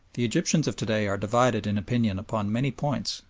the egyptians of to-day are divided in opinion upon many points,